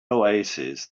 oasis